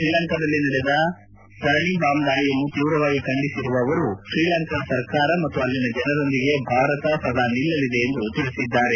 ಶ್ರೀಲಂಕಾದಲ್ಲಿ ನಡೆದ ಸರಣಿ ಬಾಂಬ್ ದಾಳಿಯನ್ನು ತೀವ್ರವಾಗಿ ಖಂಡಿಸಿರುವ ಅವರು ಶ್ರೀಲಂಕಾದ ಸರ್ಕಾರ ಮತ್ತು ಅಲ್ಲಿನ ಜನರೊಂದಿಗೆ ಭಾರತ ಸದಾ ನಿಲ್ಲಲಿದೆ ಎಂದು ತಿಳಿಸಿದ್ದಾರೆ